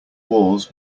walls